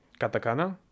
katakana